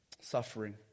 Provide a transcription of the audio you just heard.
Suffering